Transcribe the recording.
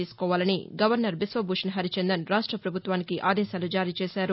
తీసుకోవాలని గవర్నర్ బిశ్వభూషణ్ హరిచందన్ రాష్ట్ర పభుత్వానికి ఆదేశాలు జారీ చేశారు